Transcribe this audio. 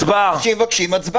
הצבעה, יעקב.